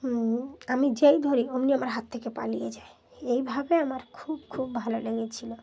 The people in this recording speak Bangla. আমি যেই ধরি অমনি আমার হাত থেকে পালিয়ে যাই এইভাবে আমার খুব খুব ভালো লেগেছিলো